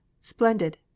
splendid